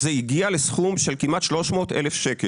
זה הגיע לסכום של כמעט 300,000 ₪.